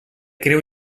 creu